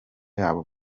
yabo